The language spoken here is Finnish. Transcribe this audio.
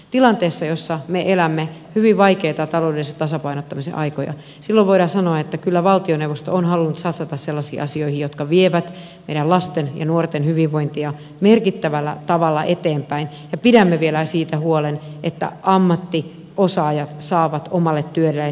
tilanteessa jossa me elämme hyvin vaikeita taloudellisen tasapainottamisen aikoja voidaan sanoa että kyllä valtioneuvosto on halunnut satsata sellaisiin asioihin jotka vievät meidän lasten ja nuorten hyvinvointia merkittävällä tavalla eteenpäin ja pidämme vielä siitä huolen että ammattiosaajat saavat omalle työlleen täydennystä